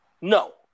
No